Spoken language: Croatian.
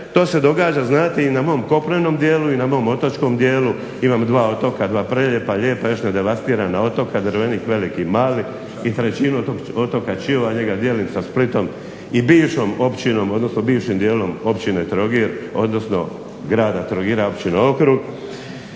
to se događa znate i na mom kopnenom dijelu i na mom otočkom dijelu. Imam dva otoka, dva prelijepa, lijepa, još ne devastirana otoka Drvenik Veliki i Mali i trećinu otoka Čiova njega dijelim sa Splitom i bivšom općinom odnosno bivšim dijelom općine Trogir, odnosno grada Trogira općine Okrug.